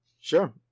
Sure